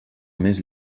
més